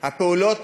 הפעולות